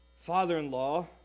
father-in-law